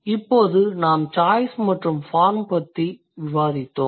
இப்போது நாம் சாய்ஸ் மற்றும் ஃபார்ம் பற்றி விவாதித்தோம்